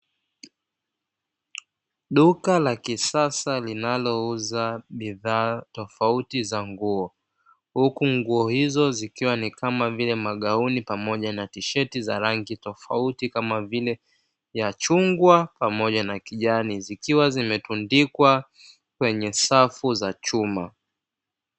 Duka la kisasa linalouza bidhaa tofauti za nguo, huku nguo hizo zikiwa ni kama vile magauni pamoja na tisheti za rangi tofauti kama vile ya chungwa pamoja na kijani, zikiwa zimetundikwa kwenye safu za chuma.